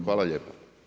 Hvala lijepa.